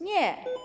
Nie.